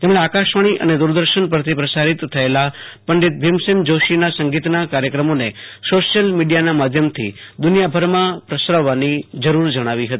તેમણે આકાશવાણી અને દ્વરદર્શન પરથી પ્રસારિત થયેલા પંડિત ભીમસૈન જૌશીના સંગીતના કાર્યક્રમોને સોશિયલ મીડિયાના માધ્યમથી દુનિયાભરમાં પ્રસરાવવાની જરૂર જણાવી હતી